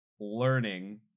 learning